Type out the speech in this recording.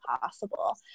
possible